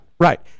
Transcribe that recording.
Right